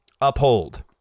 uphold